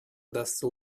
удастся